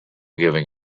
giving